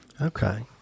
Okay